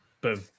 Boom